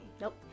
nope